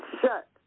shut